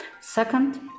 Second